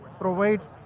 provides